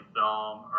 film